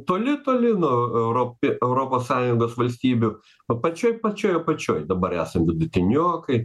toli toli nuo europie europos sąjungos valstybių o pačioj pačioj apačioj dabar esam vidutiniokai